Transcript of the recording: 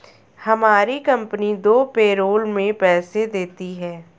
हमारी कंपनी दो पैरोल में पैसे देती है